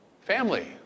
Family